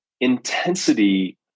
intensity